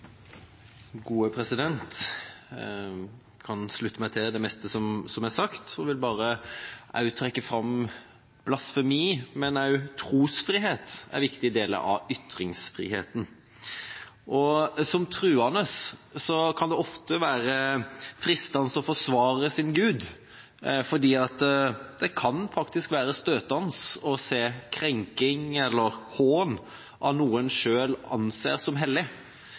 sagt, og vil trekke fram blasfemi, men også trosfrihet som en viktig del av ytringsfriheten. Som troende kan det ofte være fristende å forsvare sin gud, for det kan faktisk være støtende å se krenking eller hån av noe en selv anser som hellig.